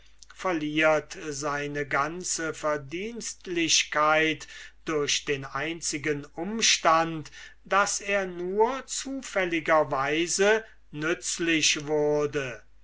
verliert seine ganze verdienstlichkeit durch den einzigen umstand daß er nur zufälliger weise nützlich wurde